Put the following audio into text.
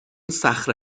صخره